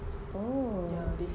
oh